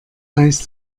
heißt